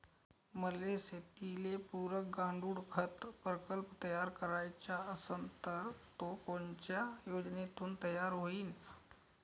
मले शेतीले पुरक गांडूळखत प्रकल्प तयार करायचा असन तर तो कोनच्या योजनेतून तयार होईन?